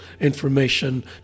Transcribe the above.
information